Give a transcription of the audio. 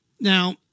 Now